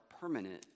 permanent